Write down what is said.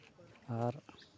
ᱟᱨ